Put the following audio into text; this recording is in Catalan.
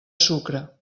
sucre